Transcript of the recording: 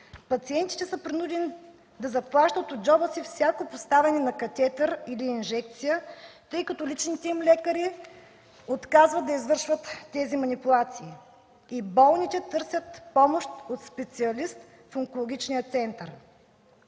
пациентите са принудени да заплащат от джоба си всяко поставяне на катетър или инжекция, тъй като личните им лекари отказват да извършват тези манипулации и болните търсят помощ от специалист в онкологичния център.